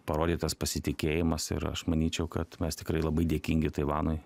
parodytas pasitikėjimas ir aš manyčiau kad mes tikrai labai dėkingi taivanui